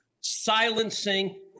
silencing